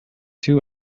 two